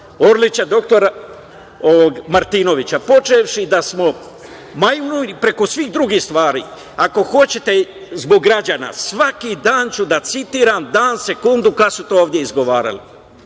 Orlića, doktora Martinovića, počevši da smo majmuni, preko svih drugih stvari. Ako hoćete zbog građana, svaki dan ću da citiram dan, sekundu kada su to ovde izgovarali.